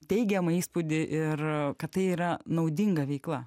teigiamą įspūdį ir kad tai yra naudinga veikla